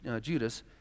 Judas